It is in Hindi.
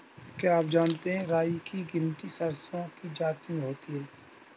क्या आप जानते है राई की गिनती सरसों की जाति में होती है?